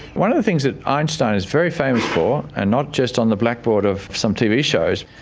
one of the things that einstein is very famous for and not just on the blackboard of some tv shows,